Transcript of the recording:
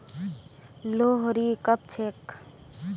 लोहड़ी कब छेक